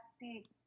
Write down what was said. see